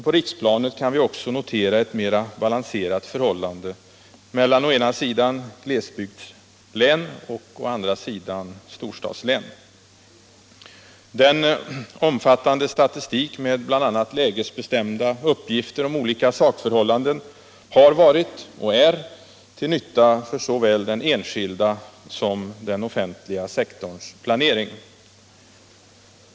På riksplanet kan vi också notera ett mera balanserat förhållande mellan å ena sidan glesbygdslän och å andra sidan storstadslän. Den omfattande statistiken med bl.a. lägesbestämda uppgifter om olika sakförhållanden har varit — och är - till nytta för såväl den enskilda som den offentliga sektorns planering.